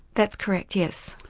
that's correct yes.